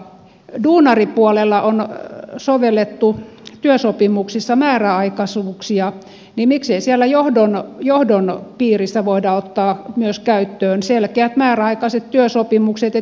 kun duunaripuolella on sovellettu työsopimuksissa määräaikaisuuksia niin miksei siellä johdon piirissä voida ottaa myös käyttöön selkeät määräaikaiset työsopimukset